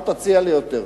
אל תציע לי יותר,